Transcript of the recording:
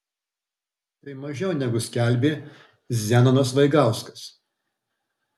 tai mažiau negu skelbė zenonas vaigauskas